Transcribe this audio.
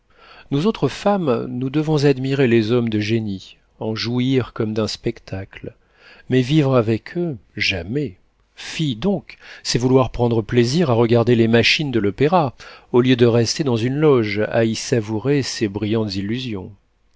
nous autres femmes nous devons admirer les hommes de génie en jouir comme d'un spectacle mais vivre avec eux jamais fi donc c'est vouloir prendre plaisir à regarder les machines de l'opéra au lieu de rester dans une loge à y savourer ses brillantes illusions